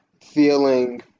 feeling